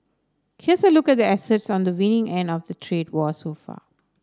here's a look at the assets on the winning end of the trade war so far